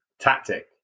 tactic